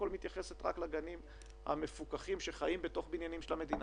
היא מתייחסת רק לגנים המפוקחים שחיים בתוך בניינים של המדינה.